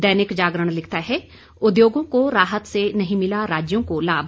दैनिक जागरण लिखता है उद्योगों को राहत से नहीं मिला राज्यों को लाभ